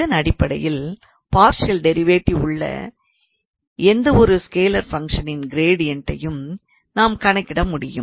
இதன் அடிப்படையில் partial derivative உள்ள எந்த ஒரு ஸ்கேலார் ஃபங்க்ஷனின் க்ரேடியன்ட்டையும் நாம் கணக்கிட முடியும்